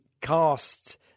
cast